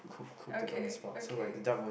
okay okay